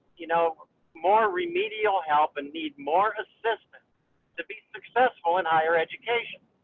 you know more remedial help and need more assistance to be successful in higher education.